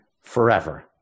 forever